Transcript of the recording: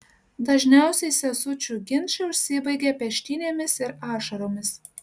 dažniausiai sesučių ginčai užsibaigia peštynėmis ir ašaromis